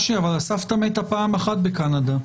אבל הסבתא מתה פעם אחת בקנדה.